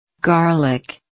Garlic